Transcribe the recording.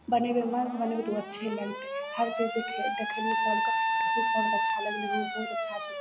बनेबय मनसँ बनेबय तऽ उ अच्छे लगतय हर चीज कोइ देखलियै सभके खूब सभके अच्छा लगलै हन बहुत अच्छा छै